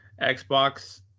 xbox